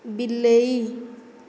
ବିଲେଇ